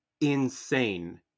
insane